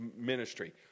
ministry